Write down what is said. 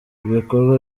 ibikorwa